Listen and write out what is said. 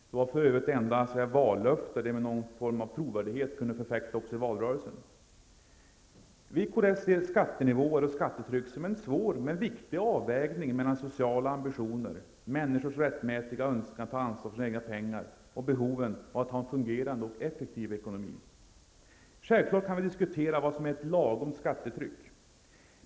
Det var för övrigt också det enda ''vallöfte'' de med någon form av trovärdighet kunde förfäkta i valrörelsen. Vi i kds ser skattenivåer och skattetryck som en svår men viktig avvägning mellan sociala ambitioner, människors rättmätiga önskan att ta ansvar för sina egna pengar och behoven av att ha en fungerande och effektiv ekonomi. Självfallet kan vi diskutera vad som är ett lagom skattetryck.